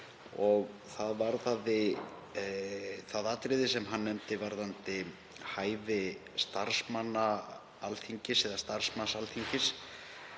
það atriði sem hann nefndi um hæfi starfsmanna Alþingis eða starfsmanns Alþingis.